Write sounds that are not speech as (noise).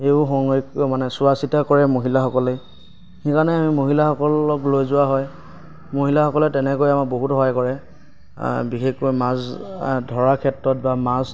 এইবোৰ (unintelligible) মানে চোৱা চিতা কৰে মহিলাসকলে সেইকাৰণে আমি মহিলাসকলক লৈ যোৱা হয় মহিলাসকলে তেনেকৈ আমাক বহুত সহায় কৰে বিশেষকৈ মাছ ধৰা ক্ষেত্ৰত বা মাছ